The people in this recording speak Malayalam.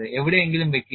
എവിടെയെങ്കിലും വയ്ക്കുക